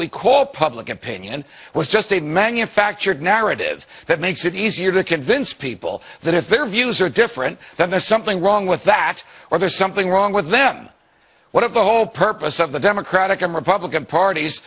we call public opinion was just a manufactured narrative that makes it easier to convince people that if their views are different then there's something wrong with that or there's something wrong with them what if the whole purpose of the democratic and republican parties